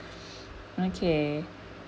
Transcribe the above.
okay